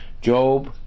Job